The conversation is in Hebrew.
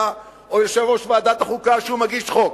או יושב-ראש ועדת החוקה שהוא מגיש חוק,